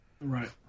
Right